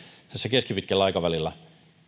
keskipitkällä aikavälillä